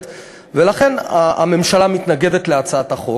ולכן, הממשלה מתנגדת להצעת החוק.